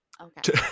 okay